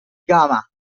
gama